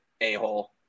a-hole